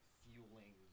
fueling